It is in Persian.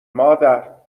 مادر